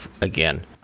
again